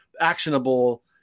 actionable